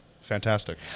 fantastic